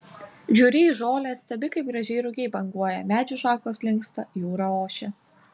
žiūri į žolę stebi kaip gražiai rugiai banguoja medžių šakos linksta jūra ošia